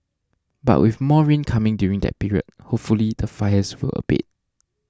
but with more rain coming during that period hopefully the fires will abate